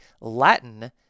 Latin